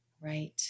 Right